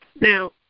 Now